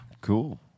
Cool